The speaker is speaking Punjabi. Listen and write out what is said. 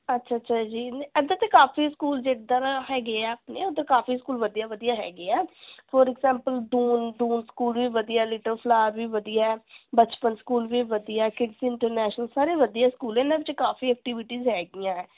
ਅੱਛਾ ਅੱਛਾ ਜੀ ਨਹੀਂ ਇੱਧਰ ਤਾਂ ਕਾਫ਼ੀ ਸਕੂਲ ਜੇਧਰ ਹੈਗੇ ਆ ਆਪਣੇ ਉੱਧਰ ਕਾਫ਼ੀ ਸਕੂਲ ਵਧੀਆ ਵਧੀਆ ਹੈਗੇ ਆ for example Doon Doon school ਵੀ ਵਧੀਆ ਲਿਟਲ ਫਲਾਰ ਵੀ ਵਧੀਆ ਬਚਪਨ ਸਕੂਲ ਵੀ ਵਧੀਆ ਕਿਡਜ਼ ਇੰਟਰਨੈਸ਼ਨਲ ਸਾਰੇ ਵਧੀਆ ਸਕੂਲ ਇਹਨਾਂ ਵਿੱਚ ਕਾਫ਼ੀ ਐਕਟੀਵਿਟੀਜ਼ ਹੈਗੀਆ